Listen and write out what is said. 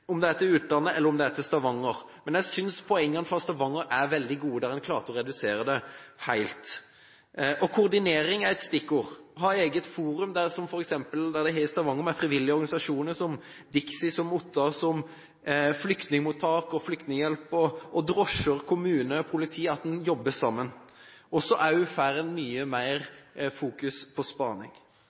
om det er til utlandet, eller om det er til Stavanger. Men jeg synes poengene fra Stavanger – der en klarte å stoppe det helt – er veldig gode. Koordinering er et stikkord – ha et eget forum, som de f.eks. har i Stavanger, der frivillige organisasjoner, DIXI, Ottar, flyktningmottak, flyktninghjelp, drosjer, kommuner og politi jobber sammen. En får da også mye mer fokusering på spaning.